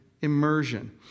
immersion